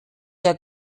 der